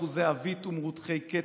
אחוזי עווית ומרותחי קצף,